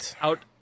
out